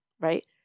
right